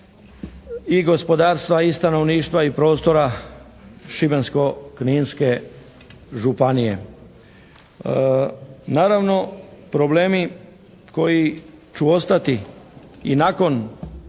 i gospodarstva i stanovništva i prostora Šibensko-kninske županije. Naravno problemi koji će ostati i nakon